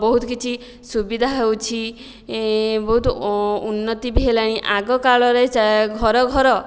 ବହୁତ କିଛି ସୁବିଧା ହେଉଛି ବହୁତ୍ ଉନ୍ନତି ବି ହେଲାଣି ଆଗ କାଳରେ ଘର ଘର